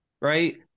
right